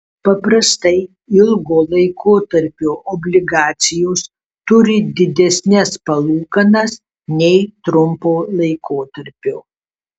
paprastai ilgo laikotarpio obligacijos turi didesnes palūkanas nei trumpo laikotarpio